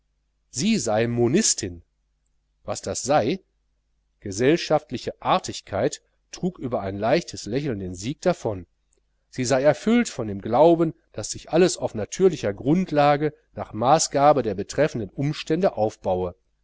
sie sei monistin was das sei gesellschaftliche artigkeit trug über ein leichtes lächeln den sieg davon sie sei erfüllt von dem glauben daß alles sich auf natürlicher grundlage nach maßgabe der betreffenden umstände aufbaue